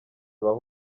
ibahe